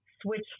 switch